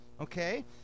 okay